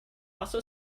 also